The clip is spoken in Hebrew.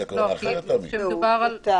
הייתה כוונה אחרת, תמי?